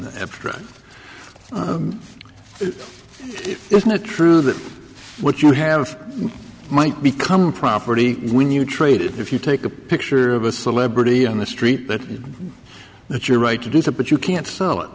the abstract isn't it true that what you have might become a property when you trade it if you take a picture of a celebrity on the street but it's your right to do that but you can't sell